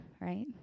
right